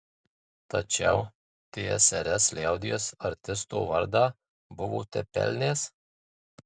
tačiau tsrs liaudies artisto vardą buvote pelnęs